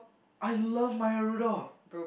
I love Maya-Rudolph